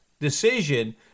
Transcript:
decision